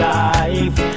life